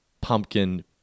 pumpkin